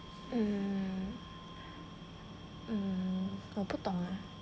hmm 我不懂